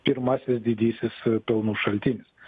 pirmasis didysis pelnų šaltinis